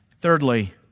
Thirdly